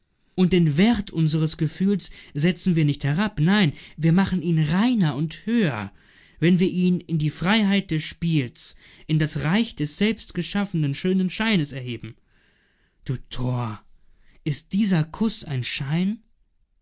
und den wert unseres gefühls setzen wir nicht herab nein wir machen ihn reiner und höher wenn wir ihn in die freiheit des spiels in das reich des selbstgeschaffenen schönen scheines erheben du tor ist dieser kuß ein schein